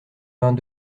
vingt